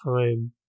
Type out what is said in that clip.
time